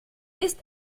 ist